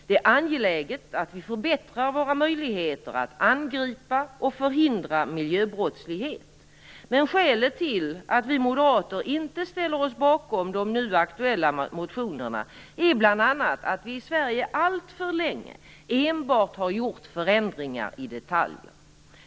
Det är angeläget att vi förbättrar våra möjligheter att angripa och förhindra miljöbrottslighet, men skälet till att vi moderater inte ställer oss bakom de nu aktuella motionerna är bl.a. att vi i Sverige alltför länge enbart har gjort förändringar i detaljer.